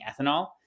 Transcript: ethanol